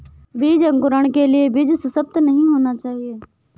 बीज अंकुरण के लिए बीज सुसप्त नहीं होना चाहिए